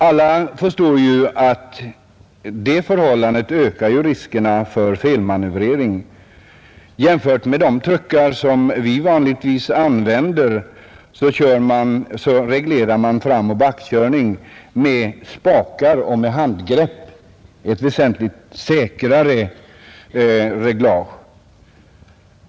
Alla förstår ju att detta förhållande öker riskerna för felmanövrering; i de truckar som vi vanligtvis använder reglerar man framoch backkörning med spakar och med handgrepp, ett väsentligt säkrare reglage.